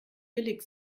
billig